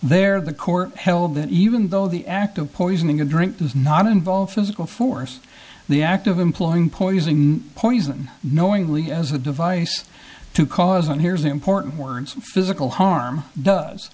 there the court held that even though the act of poisoning a drink does not involve physical force the act of employing poising poison knowingly as a device to cause and here's the important words physical harm does